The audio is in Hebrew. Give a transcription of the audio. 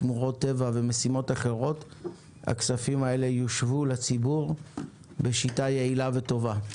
שמורות טבע ומשימות אחרות הכספים האלה יושבו לציבור בשיטה יעילה וטובה.